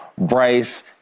Bryce